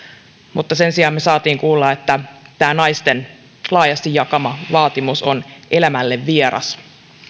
mutta sen sijaan me saimme kuulla että tämä naisten laajasti jakama vaatimus on elämälle vieras